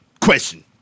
question